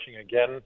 again